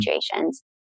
situations